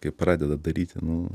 kai pradeda daryti nu